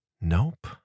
Nope